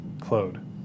Claude